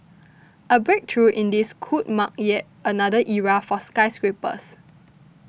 a breakthrough in this could mark yet another era for skyscrapers